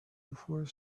before